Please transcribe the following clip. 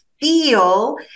feel